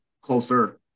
Closer